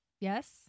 Yes